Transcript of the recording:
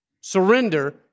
surrender